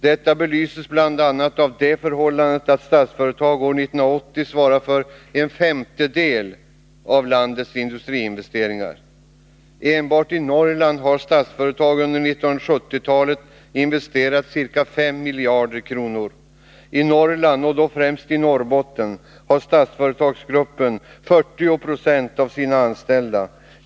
Detta belyses bl.a. av det förhållandet att Statsföretag år 1980 svarade för en femtedel av landets industriinvesteringar. Enbart i Norrland har Statsföretag under 1970-talet investerat ca 5 miljarder kronor. I Norrland, och då främst i Norrbotten, har Statsföretagsgruppen 40 26 av sina anställda.